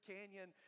Canyon